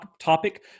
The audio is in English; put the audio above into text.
topic